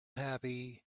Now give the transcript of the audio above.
happy